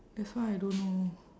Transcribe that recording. that's why I don't know